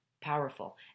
powerful